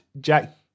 Jack